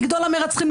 גדול המרצחים,